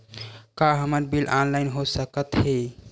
का हमर bill online हो सकत हे?